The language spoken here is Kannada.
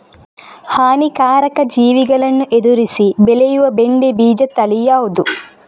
ಹಾನಿಕಾರಕ ಜೀವಿಗಳನ್ನು ಎದುರಿಸಿ ಬೆಳೆಯುವ ಬೆಂಡೆ ಬೀಜ ತಳಿ ಯಾವ್ದು?